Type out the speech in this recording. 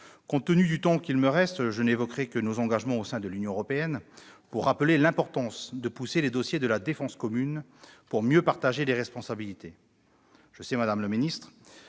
Compte tenu du temps qu'il me reste, je n'évoquerai que nos engagements au sein de l'Union européenne, pour rappeler l'importance de pousser les dossiers de la défense commune pour mieux partager les responsabilités.